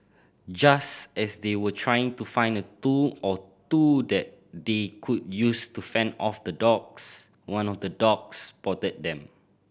just as they were trying to find a tool or two that they could use to fend off the dogs one of the dogs spotted them